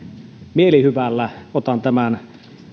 mielihyvin otan tämän